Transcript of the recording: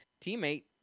teammate